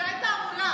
אמצעי תעמולה.